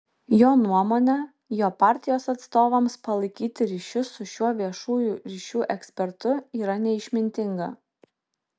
jo nuomone jo partijos atstovams palaikyti ryšius su šiuo viešųjų ryšių ekspertu yra neišmintinga